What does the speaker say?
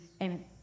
Amen